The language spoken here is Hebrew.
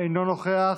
אינו נוכח,